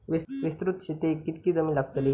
विस्तृत शेतीक कितकी जमीन लागतली?